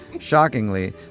Shockingly